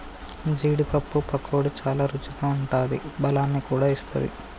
జీడీ పప్పు పకోడీ చాల రుచిగా ఉంటాది బలాన్ని కూడా ఇస్తది